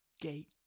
Gate